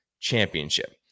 Championship